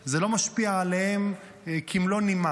לא משפיע עליהם כמלוא הנימה,